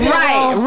right